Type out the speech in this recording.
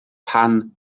pan